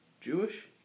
Jewish